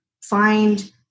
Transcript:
find